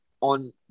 on